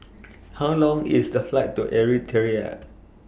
How Long IS The Flight to Eritrea